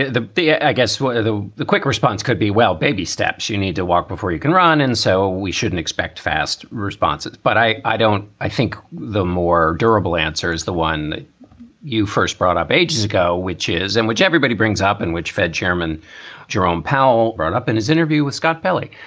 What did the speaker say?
ah i guess what the the quick response could be. well, baby steps, you need to walk before you can run. and so we shouldn't expect fast responses. but i i don't i think the more durable answers, the one you first brought up ages ago, which is and which everybody brings up in which fed chairman jerome powell brought up in his interview with scott pelley,